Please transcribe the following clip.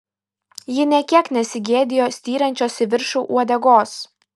ji nė kiek nesigėdijo styrančios į viršų uodegos